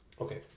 Okay